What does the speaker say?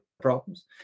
problems